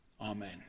Amen